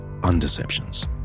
Undeceptions